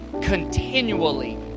continually